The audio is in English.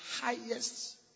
highest